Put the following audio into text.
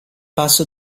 passo